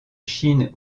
chine